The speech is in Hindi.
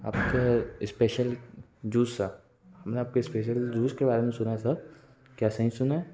आपके इस्पेशल जूस था मैं आपके इस्पेसल जूस के बारे में सुना सर क्या सही सुना है